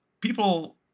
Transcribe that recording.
People